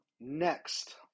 Next